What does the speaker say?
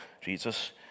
Jesus